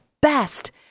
best